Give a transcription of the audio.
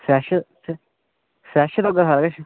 fresh fresh थ्होगा सारा किश